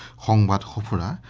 home opener,